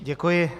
Děkuji.